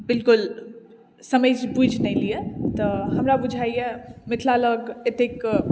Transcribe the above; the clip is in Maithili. बिल्कुल समैझ बूझि नहि लिए तऽ हमरा बुझाइया मिथिला लग एतेक